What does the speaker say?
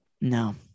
no